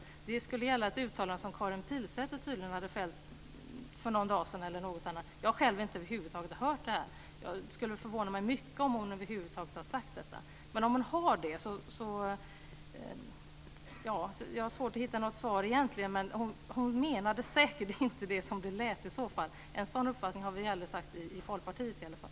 Men den tredje frågan skulle gälla ett uttalande som Karin Pilsäter hade gjort för någon dag sedan. Jag har själv inte hört det. Det skulle förvåna mig mycket om hon över huvud taget har sagt detta. Jag har svårt att egentligen hitta något svar, men om hon har sagt det här så tror jag inte att hon menade det så som det lät. En sådan uppfattning har vi aldrig haft i Folkpartiet i alla fall.